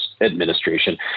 administration